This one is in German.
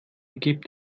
gibt